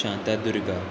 Shantadurga